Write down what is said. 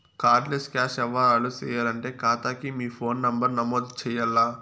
card less cash యవ్వారాలు సేయాలంటే కాతాకి మీ ఫోను నంబరు నమోదు చెయ్యాల్ల